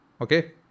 Okay